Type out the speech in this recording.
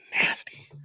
nasty